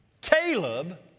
Caleb